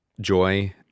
joy